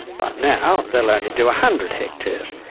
but now they'll only do a hundred hectares.